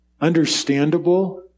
understandable